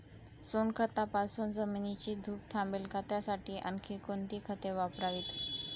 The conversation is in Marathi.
सोनखतापासून जमिनीची धूप थांबेल का? त्यासाठी आणखी कोणती खते वापरावीत?